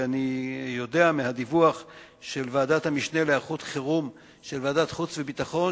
ואני יודע מהדיווח של ועדת המשנה להיערכות חירום של ועדת החוץ והביטחון,